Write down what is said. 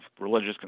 religious